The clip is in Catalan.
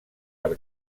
per